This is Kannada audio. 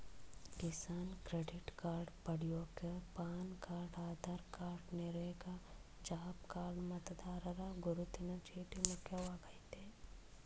ಕಿಸಾನ್ ಕ್ರೆಡಿಟ್ ಕಾರ್ಡ್ ಪಡ್ಯೋಕೆ PAN card Aadhaar card NREGA job card ಮತದಾರರ ಗುರುತಿನ ಚೀಟಿ ಮುಖ್ಯವಾಗಯ್ತೆ